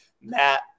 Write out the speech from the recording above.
Matt